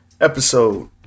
Episode